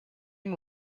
and